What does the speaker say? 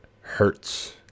hurts